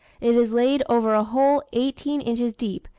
it is laid over a hole eighteen inches deep,